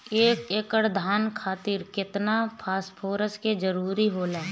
एक एकड़ धान खातीर केतना फास्फोरस के जरूरी होला?